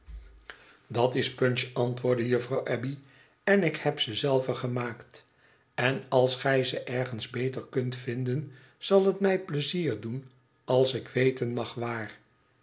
tdat is punch antvfoordde juffrouw abbey ten ik heb ze zelve gemaakt en als gij ze ergens beter kunt vinden zal het mij pleizier doen als ik weten mag waar